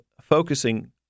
focusing